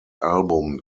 album